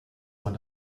man